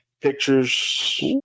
pictures